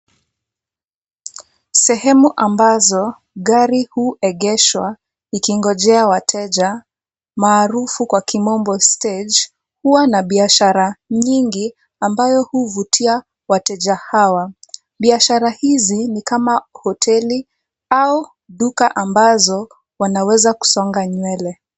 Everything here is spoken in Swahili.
Sehemu ambazo gari huegeshwa ikingojea wateja maarufu kwa kimombo stage huwa na biashara nyingi ambayo huvutia wateja hawa. Biashara hizi ni kama hoteli au duka ambazo wanaweza kusonga nywele.